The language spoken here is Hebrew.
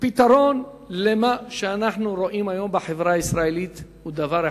הפתרון למה שאנחנו רואים בחברה הישראלית הוא אחד בלבד,